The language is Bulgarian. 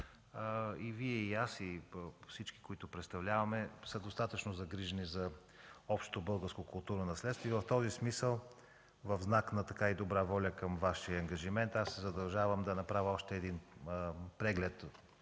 И Вие, и аз, и всички, които представляваме, сме загрижени достатъчно за общото българско културно наследство. В този смисъл, в знак на добра воля към Вашия ангажимент се задължавам да направя още един много